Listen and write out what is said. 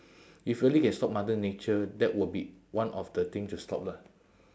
if really can stop mother nature that will be one of the thing to stop lah